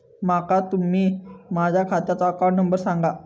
माका तुम्ही माझ्या खात्याचो अकाउंट नंबर सांगा?